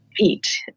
eat